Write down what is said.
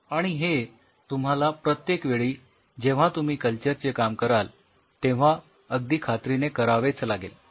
आणि हे तुम्हाला प्रत्येक वेळी जेव्हा तुम्ही कल्चर चे काम कराल तेव्हा अगदी खात्रीने करावेच लागेल